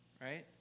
Right